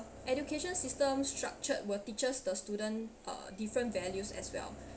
education system structured will teaches the student uh different values as well